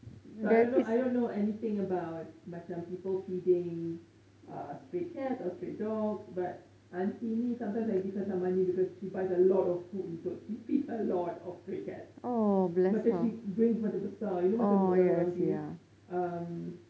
so I don't I don't know anything about macam people feeding uh stray cats or stray dogs but auntie ni sometimes I give her some money because she buys a lot of food untuk she feeds a lot of stray cats macam she brings macam besar you know macam orang-orang macam ini um